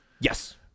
Yes